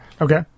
Okay